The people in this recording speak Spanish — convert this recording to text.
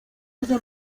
este